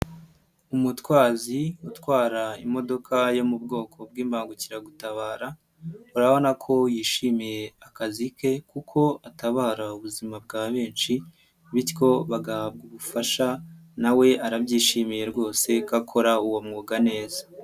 Umutwazi utwara imodoka yo mu bwoko bw'imbangukiragutabara, urabona ko yishimiye akazi ke kuko atabara ubuzima bwa benshi, bityo bagagufasha nawe arabyishimiye rwose ko akora uwo mwuga neza.